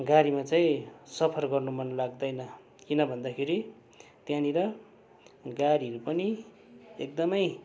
गाडीमा चाहिँ सफर गर्नु मनलाग्दैन किन भन्दाखेरि त्यहाँनिर गाडीहरू पनि एकदमै